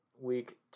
Week